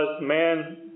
man